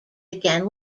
again